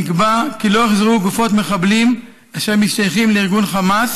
נקבע כי לא יוחזרו גופות מחבלים אשר משתייכים לארגון חמאס